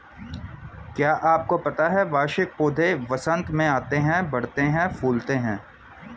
क्या आपको पता है वार्षिक पौधे वसंत में आते हैं, बढ़ते हैं, फूलते हैं?